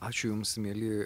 ačiū jums mieli